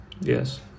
yes